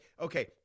okay